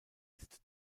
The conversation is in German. ist